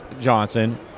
Johnson